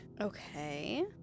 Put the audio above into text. okay